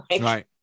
Right